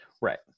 Right